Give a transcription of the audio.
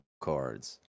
cards